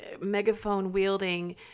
megaphone-wielding